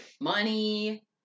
money